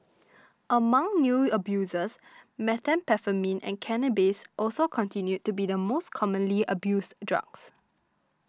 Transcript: among new abusers methamphetamine and cannabis also continued to be the most commonly abused drugs